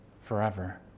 forever